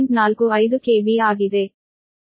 45 KV ಆಗಿದೆ